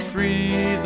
free